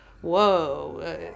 whoa